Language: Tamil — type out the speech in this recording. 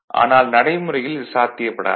ஆனால் நடைமுறையில் இது சாத்தியப்படாது